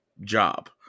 job